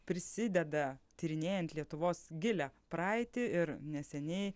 prisideda tyrinėjant lietuvos gilią praeitį ir neseniai